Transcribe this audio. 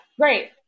Great